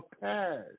past